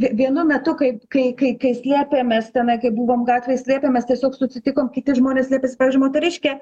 v vienu metu kai kai kai kai slėpėmės tenai kai buvom gatvėj slėpėmės tiesiog susitikom kiti žmonės slėpės pavyzdžiui moteriškė